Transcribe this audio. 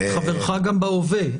חברך גם בהווה.